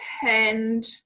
tend